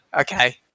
okay